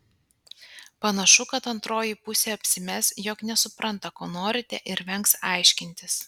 panašu kad antroji pusė apsimes jog nesupranta ko norite ir vengs aiškintis